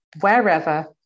wherever